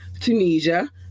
Tunisia